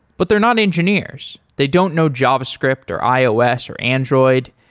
but they're not engineers. they don't know javascript or ios or android,